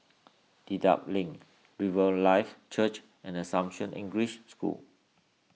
Dedap Link Riverlife Church and Assumption English School